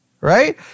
right